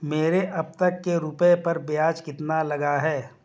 मेरे अब तक के रुपयों पर ब्याज कितना लगा है?